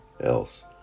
else